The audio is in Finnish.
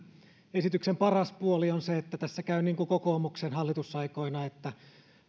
esityksen paras puoli on se että tässä käy niin kuin kokoomuksen hallitusaikoina että